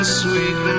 sweet